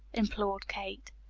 implored kate.